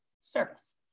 service